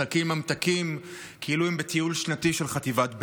מחלקים ממתקים כאילו הם בטיול שנתי של חטיבת ביניים.